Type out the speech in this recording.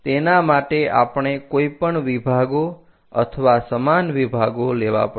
તેના માટે આપણે કોઈપણ વિભાગો અથવા સમાન વિભાગો લેવા પડશે